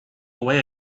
away